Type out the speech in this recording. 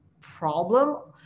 problem